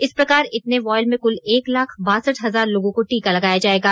इस प्रकार इतने वॉयल में कुल एक लाख बासठ हजार लोगों को टीका लगाया जायेगा